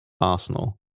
Arsenal